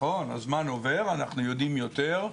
נכון, הזמן עובר, אנחנו יודעים יותר,